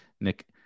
Nick